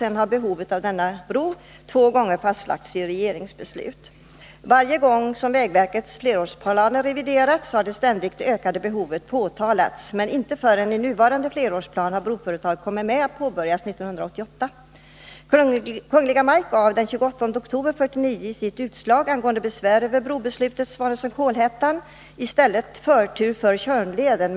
Sedan har behovet av denna bro fastslagits i regeringsbeslut två gånger. Varje gång vägverkets flerårsplaner reviderats har det ständigt ökade behovet påtalats. Men inte förrän i den nuvarande flerårsplanen har broföretaget kommit med, att påbörjas 1988. Kungl. Maj:t gav den 28 oktober 1949 i sitt utslag angående besvär över brobeslutet Svanesund-Kolhättan i stället förtur för Tjörnleden.